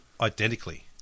identically